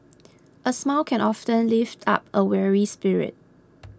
a smile can often lift up a weary spirit